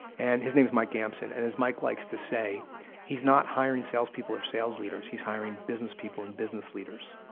and his name's mike gamson and mike likes to say he's not hiring sales people or sales leaders, he's hiring business people and business leaders.